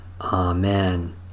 Amen